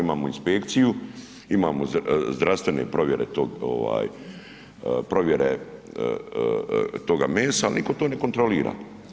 Imamo inspekciju, imamo zdravstvene provjere tog ovaj provjere toga mesa, ali nitko to ne kontrolira.